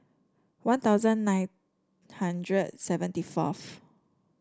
One Thousand nine hundred seventy forth